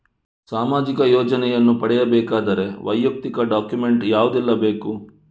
ಸಾಮಾಜಿಕ ಯೋಜನೆಯನ್ನು ಪಡೆಯಬೇಕಾದರೆ ವೈಯಕ್ತಿಕ ಡಾಕ್ಯುಮೆಂಟ್ ಯಾವುದೆಲ್ಲ ಬೇಕು?